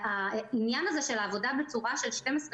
העניין הזה של העבודה בצורה של 24-12